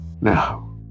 Now